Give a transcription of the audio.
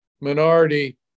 minority